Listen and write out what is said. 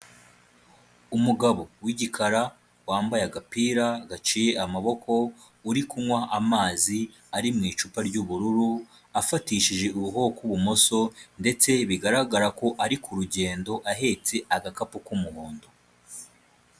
Umugabo w'igikara wambaye agapira gaciye amaboko, uri kunywa amazi ari mu icupa ry'ubururu afatishije ukuboko kw'ibumoso, ndetse bigaragara ko ari ku rugendo ahetse agakapu k'umuhondo.